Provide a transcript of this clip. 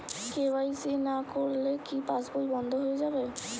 KYC না করলে কি পাশবই বন্ধ হয়ে যাবে?